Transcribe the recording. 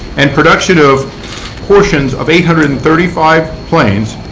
and production of portions of eight hundred and thirty five planes,